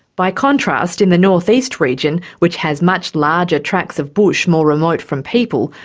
by contrast, in the north east region, which has much larger tracts of bush, more remote from people,